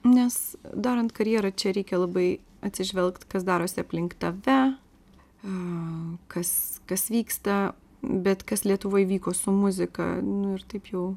nes darant karjerą čia reikia labai atsižvelgt kas darosi aplink tave a kas kas vyksta bet kas lietuvoj vyko su muzika nu ir taip jau